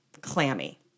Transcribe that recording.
Clammy